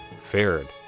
fared